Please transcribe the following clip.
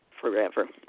forever